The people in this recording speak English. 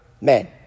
men